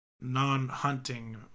non-hunting